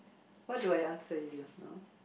what do I answer you just now